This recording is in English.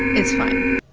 it's fine.